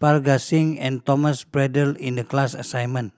Parga Singh and Thomas Braddell in the class assignment